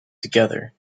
together